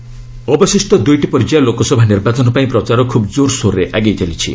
campaigning ଅବଶିଷ୍ଟ ଦୂଇଟି ପର୍ଯ୍ୟାୟ ଲୋକସଭା ନିର୍ବାଚନ ପାଇଁ ପ୍ରଚାର ଖ୍ରବ୍ କୋରସୋରରେ ଆଗେଇ ଚାଲିଛି